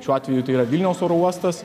šiuo atveju tai yra vilniaus oro uostas